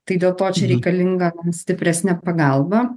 tai dėl to čia reikalinga stipresnė pagalba